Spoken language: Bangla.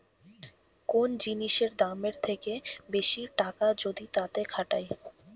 কোন জিনিসের দামের থেকে বেশি টাকা যদি তাতে খাটায়